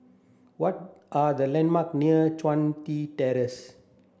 what are the landmark near Chun Tin Terrace